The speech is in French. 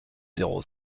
zéro